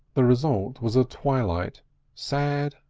the result was a twilight sad,